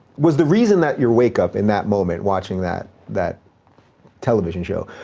was the reason that your wake up in that moment watching that that television show,